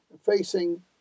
facing